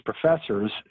professors